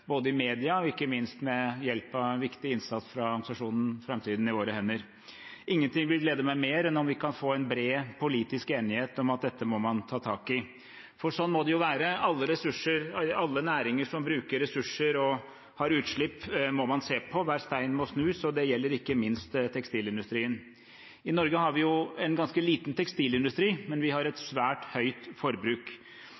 både i media og ikke minst ved hjelp av viktig innsats fra organisasjonen Framtiden i våre hender. Ingenting vil glede meg mer enn om vi kan få en bred politisk enighet om at dette må man ta tak i. For sånn må det være: Alle næringer som bruker ressurser og har utslipp, må man se på. Hver stein må snus, og det gjelder ikke minst tekstilindustrien. I Norge har vi en ganske liten tekstilindustri, men vi har et